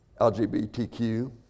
LGBTQ